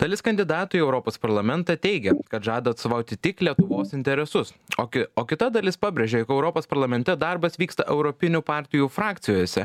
dalis kandidatų į europos parlamentą teigia kad žada atstovauti tik lietuvos interesus o kita dalis pabrėžia jog europos parlamente darbas vyksta europinių partijų frakcijose